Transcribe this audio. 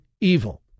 evil